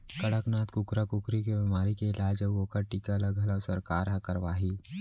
कड़कनाथ कुकरा कुकरी के बेमारी के इलाज अउ ओकर टीका ल घलौ सरकार हर करवाही